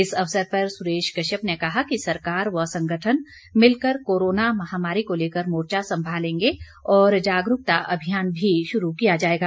इस अवसर पर सुरेश कश्यप ने कहा कि सरकार व संगठन मिलकर कोरोना महामारी को लेकर मोर्चा सम्भालेगें और जागरूकता अभियान भी शुरू किया जाएगा